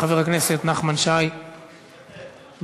חבר הכנסת נחמן שי, בבקשה,